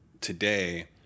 today